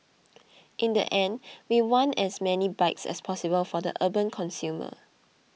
in the end we want as many bikes as possible for the urban consumer